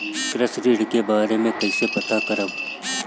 कृषि ऋण के बारे मे कइसे पता करब?